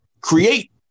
create